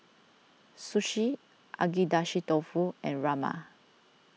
Sushi Agedashi Dofu and Rajma